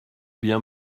bien